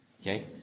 Okay